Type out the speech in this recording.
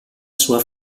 sua